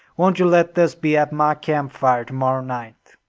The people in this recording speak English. won't you let this be at my camp-fire to-morrow night?